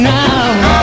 now